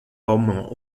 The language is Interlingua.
como